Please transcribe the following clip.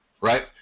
Right